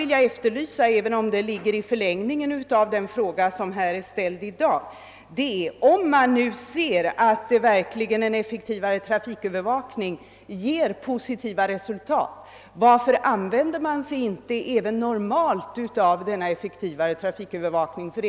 En fråga som ligger i förlängningen av den fråga som besvaras i dag är: Om man nu ser att en effektiv trafikövervakning verkligen ger positiva resultat, varför använder man sig då inte även normalt av den effektivare trafikövervakningen?